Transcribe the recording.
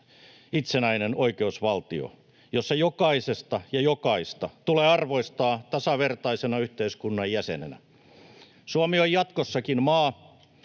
itsenäinen oikeusvaltio, jossa jokaista tulee arvostaa tasavertaisena yhteiskunnan jäsenenä. Suomi on jatkossakin maa,